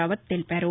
రావత్ తెలిపారు